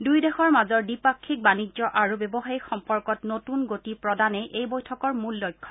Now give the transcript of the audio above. দুয়ো দেশৰ মাজৰ দ্বিপাক্ষিক বাণিজ্য আৰু ব্যৱসায়িক সম্পৰ্কত নতুন গতি প্ৰদানেই এই বৈঠকৰ মূল লক্ষ্য